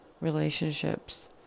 relationships